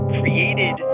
created